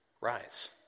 rise